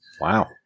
Wow